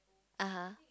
ah [huh]